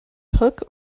hook